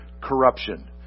corruption